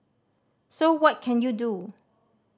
so what can you do